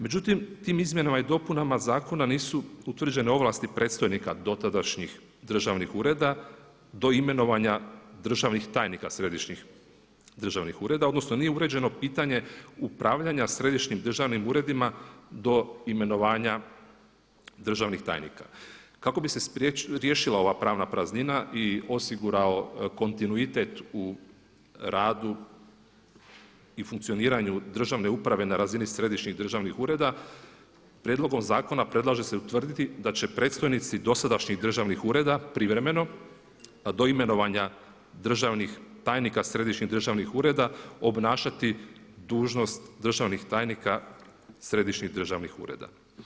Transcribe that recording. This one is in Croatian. Međutim, tim izmjenama i dopunama Zakona nisu utvrđene ovlasti predstojnika dotadašnjih državni ureda do imenovanja državnih tajnika središnjih državnih ureda, odnosno nije uređeno pitanje upravljanja središnjim državnim uredima do imenovanja državnih tajnika kako bi se riješila ova pravna praznina i osigurao kontinuitet u radu i funkcioniranju državne uprave na razini središnjih državnih ureda, prijedlogom zakona predlaže se utvrditi da će predstojnici dosadašnjih državnih ureda privremeno a do imenovanja državnih tajnika, središnjih državnih ureda obnašati dužnost državnih tajnika, središnjih državnih ureda.